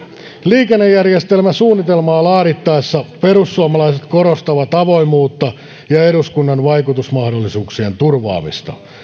liikennejärjestelmäsuunnitelmaa laadittaessa perussuomalaiset korostavat avoimuutta ja eduskunnan vaikutusmahdollisuuksien turvaamista